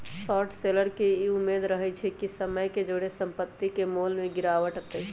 short seller के इ उम्मेद रहइ छइ कि समय के जौरे संपत्ति के मोल में गिरावट अतइ